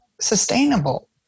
sustainable